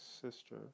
sister